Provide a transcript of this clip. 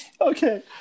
Okay